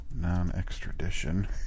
non-extradition